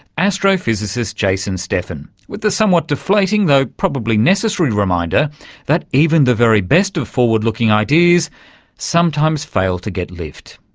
astrophysicist jason steffen, with the somewhat deflating though probably necessary reminder that even the very best of forward-looking ideas sometimes fail to get lift.